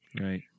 right